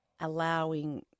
allowing